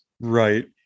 right